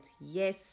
yes